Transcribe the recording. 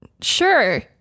sure